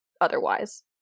otherwise